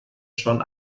schon